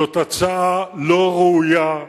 זאת הצעה לא ראויה.